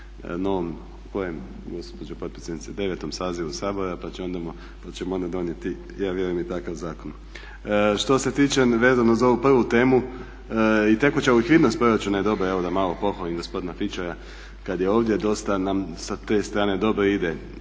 novom, kojem gospođo potpredsjednice, 9. sazivu Sabora pa ćemo onda donijeti ja vjerujem i takav zakon. Što se tiče vezano za ovu prvu temu i tekuća likvidnost proračuna je dobra, evo da malo pohvalim gospodina Fičora, kad je ovdje dosta nam sa te strane dobro ide